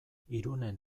irunen